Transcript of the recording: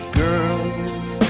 girls